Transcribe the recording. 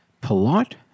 polite